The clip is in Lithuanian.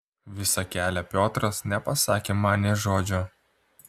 visą kelią piotras nepasakė man nė žodžio